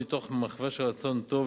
מתוך מחווה של רצון טוב,